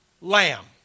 Lamb